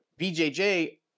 BJJ